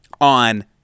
on